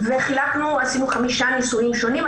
ועשינו חמישה ניסויים שונים.